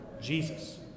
Jesus